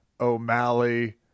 O'Malley